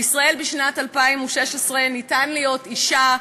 בישראל בשנת 2016 ניתן להיות אישה,